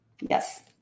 Yes